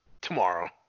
tomorrow